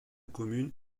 commune